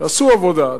תעשו עבודה,